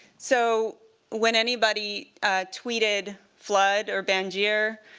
so when anybody tweeted flood or banjir,